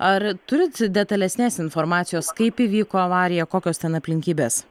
ar turit detalesnės informacijos kaip įvyko avarija kokios ten aplinkybės